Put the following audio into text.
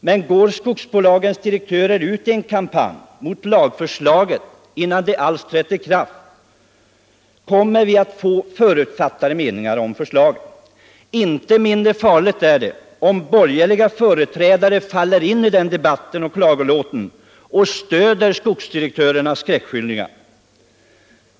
Men går skogsbolagens direktörer ut i en kampanj mot lagförslaget innan det alls trätt i kraft, åstadkommer de naturligtvis förutfattade meningar om förslaget. Inte mindre farligt är det om företrädare för borgerliga partier faller in i klagolåten och stöder skogsdirektörernas skräckskildringar.